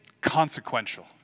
Consequential